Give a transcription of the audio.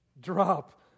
drop